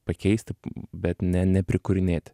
pakeist bet ne neprikūrinėt